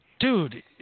Dude